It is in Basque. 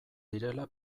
direla